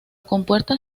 compuerta